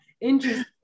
Interesting